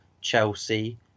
Chelsea